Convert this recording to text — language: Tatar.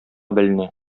беленә